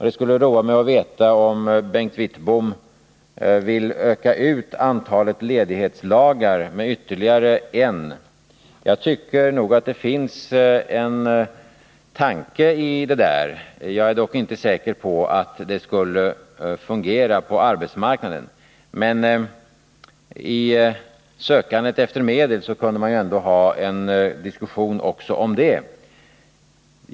Det skulle vara intressant att få veta om Bengt Wittbom vill öka ut antalet ledighetslagar med ytterligare en. Jag tycker nog att det finns en tanke bakom det där. Jag är dock inte säker på att det skulle fungera på arbetsmarknaden. I sökandet efter medel kunde man ändå ha en diskussion också i det avseendet.